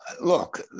look